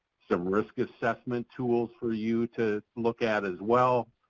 some risk assessment tools for you to look at as well.